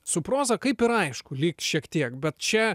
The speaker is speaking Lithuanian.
su proza kaip ir aišku lyg šiek tiek bet čia